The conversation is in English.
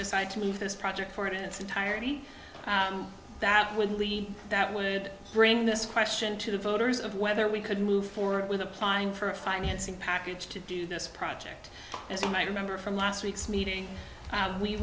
decide to move this project for it in its entirety that would lean that would bring this question to the voters of whether we could move forward with applying for a financing package to do this project as you might remember from last week's meeting